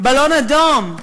בלון אדום.